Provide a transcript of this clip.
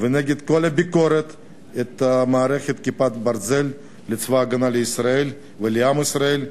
וכנגד כל הביקורות את מערכת "כיפת ברזל" לצבא-הגנה לישראל ולעם ישראל.